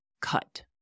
cut